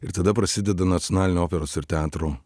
ir tada prasideda nacionalinio operos ir teatro